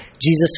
Jesus